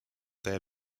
their